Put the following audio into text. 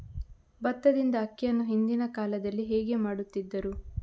ಭತ್ತದಿಂದ ಅಕ್ಕಿಯನ್ನು ಹಿಂದಿನ ಕಾಲದಲ್ಲಿ ಹೇಗೆ ಮಾಡುತಿದ್ದರು?